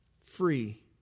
free